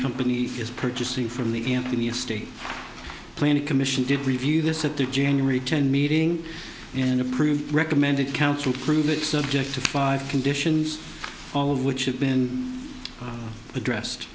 company is purchasing from the anthony estate planning commission did review this at their january ten meeting and approved recommended council prove it subject to five conditions all of which have been addressed